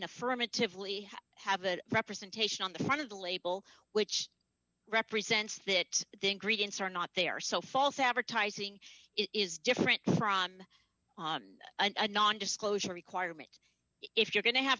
affirmatively have a representation on the front of the label which represents that the ingredients are not there so false advertising is different from a non disclosure requirement if you're going to have